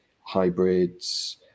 hybrids